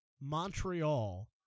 Montreal